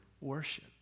worship